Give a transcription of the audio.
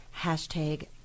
Hashtag